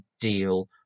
deal